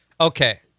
Okay